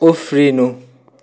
उफ्रिनु